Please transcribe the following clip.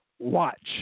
Watch